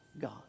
God